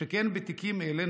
שכן בתיקים אלה,